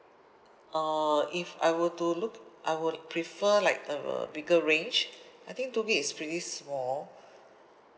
uh if I were to look I would prefer like a bigger range I think two gig is pretty small